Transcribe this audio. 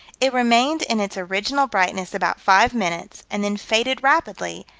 it remained in its original brightness about five minutes, and then faded rapidly,